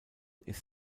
ist